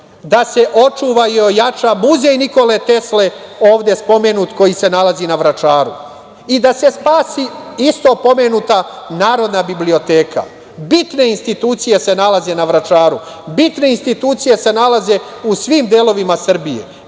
da se očuva i ojača Muzej Nikole Tesle, ovde spomenut koji se nalazi na Vračaru i da se spasi isto pomenuta Narodna biblioteka. Bitne institucije se nalaze na Vračaru. Bitne institucije se nalaze u svim delovima Srbije,